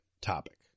topic